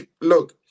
Look